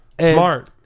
Smart